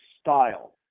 style –